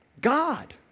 God